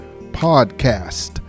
podcast